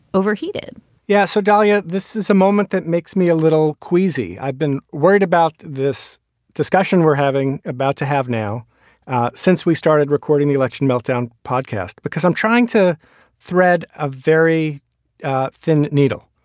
overheated yeah. so, dalia, this is a moment that makes me a little queasy. i've been worried about this discussion we're having about to have now since we started recording the election meltdown podcast, because i'm trying to thread a very thin needle.